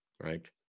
Right